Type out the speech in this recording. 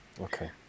okay